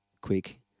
quick